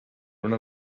una